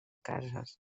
cases